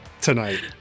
tonight